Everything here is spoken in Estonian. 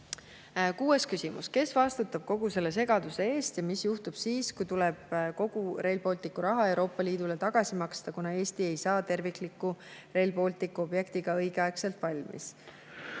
Kuues küsimus: "Kes vastutab kogu selle segaduse eest ja mis juhtub siis, kui tuleb kogu RB raha Euroopa Liidule tagasi maksta, kuna Eesti ei saa tervikliku RB objektiga õigeaegselt valmis?"